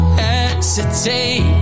hesitate